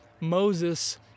Moses